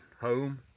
home